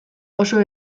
oso